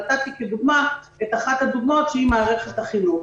נתתי את אחת הדוגמאות, את מערכת החינוך.